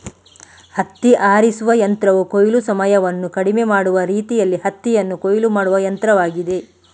ಹತ್ತಿ ಆರಿಸುವ ಯಂತ್ರವು ಕೊಯ್ಲು ಸಮಯವನ್ನು ಕಡಿಮೆ ಮಾಡುವ ರೀತಿಯಲ್ಲಿ ಹತ್ತಿಯನ್ನು ಕೊಯ್ಲು ಮಾಡುವ ಯಂತ್ರವಾಗಿದೆ